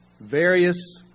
various